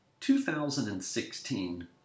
2016